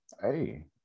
hey